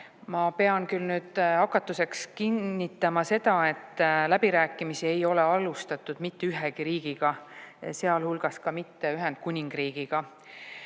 Ma pean küll hakatuseks kinnitama, et läbirääkimisi ei ole alustatud mitte ühegi riigiga, sealhulgas ka mitte Ühendkuningriigiga.